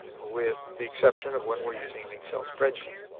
with the exception of when we're using an excel spreadsheet.